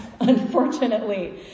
unfortunately